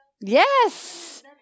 Yes